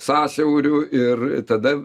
sąsiaurių ir tada